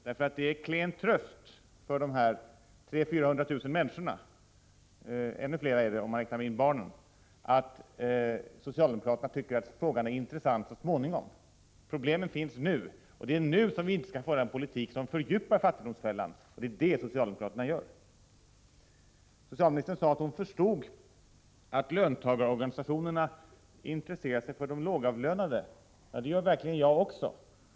Det är en klen tröst för de 300 000-400 000 människorna — det blir ännu fler om man räknar in barnen — att socialdemokraterna tycker att frågan är intressant så småningom. Problemen finns nu, och det är nu som vi inte skall föra en politik som fördjupar fattigdomsfällan. Det är vad socialdemokraterna gör. Socialministern sade att hon förstod att löntagarorganisationerna intresserar sig för de lågavlönade. Det gör verkligen jag också.